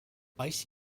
ice